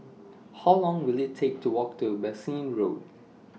How Long Will IT Take to Walk to Bassein Road